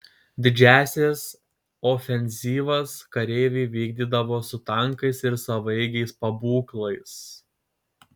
didžiąsias ofenzyvas kareiviai vykdydavo su tankais ir savaeigiais pabūklais